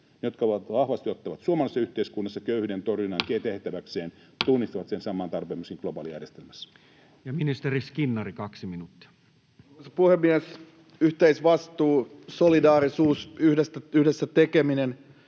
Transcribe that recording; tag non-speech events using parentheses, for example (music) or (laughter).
jotka vahvasti ottavat suomalaisessa yhteiskunnassa köyhyyden torjunnan tehtäväkseen, (noise) tunnistavat sen saman tarpeen myöskin globaalijärjestelmässä. Ministeri Skinnari, 2 minuuttia. Arvoisa puhemies! Yhteisvastuu, solidaarisuus ja yhdessä tekeminen